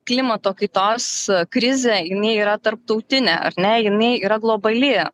klimato kaitos krizė jinai yra tarptautinė ar ne jinai yra globali